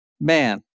Man